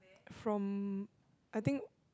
from I think